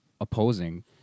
opposing